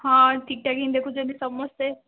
ହଁ ଠିକଠାକ୍ ହିଁ ଦେଖୁଛନ୍ତି ସମସ୍ତେ